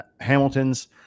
Hamilton's